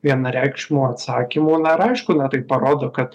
vienareikšmių atsakymų na ir aiškuna tai parodo kad